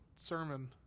sermon